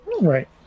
Right